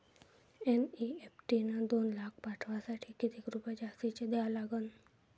NEFT न दोन लाख पाठवासाठी किती रुपये जास्तचे द्या लागन?